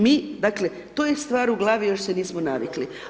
Mi, dakle, to je stvar u glavi, još se nismo navikli.